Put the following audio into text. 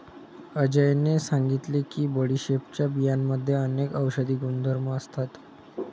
अजयने सांगितले की बडीशेपच्या बियांमध्ये अनेक औषधी गुणधर्म असतात